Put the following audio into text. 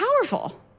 powerful